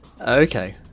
okay